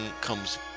comes